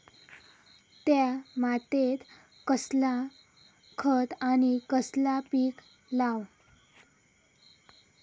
त्या मात्येत कसला खत आणि कसला पीक लाव?